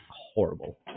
horrible